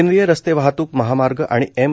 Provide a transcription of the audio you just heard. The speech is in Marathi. केंद्रीय रस्ते वाहतूक महामार्ग आणि एम